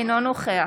אינו נוכח